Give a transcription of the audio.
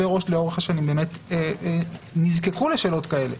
לאורך השנים נזקקו לשאלות כאלה,